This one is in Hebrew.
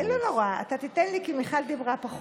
כן, כן, לא נורא, אתה תיתן לי כי מיכל דיברה פחות.